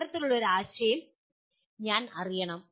അത്തരത്തിലുള്ള ഒരു ആശയം ഞാൻ അറിയണം